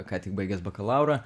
ką tik baigęs bakalaurą